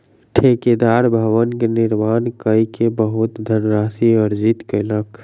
ठेकेदार भवन के निर्माण कय के बहुत धनराशि अर्जित कयलक